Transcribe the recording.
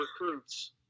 recruits